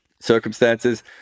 circumstances